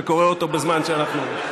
וקורא אותו בזמן שאנחנו,